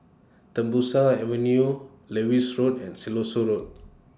Tembusu Avenue Lewis Road and Siloso Road